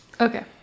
Okay